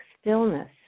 stillness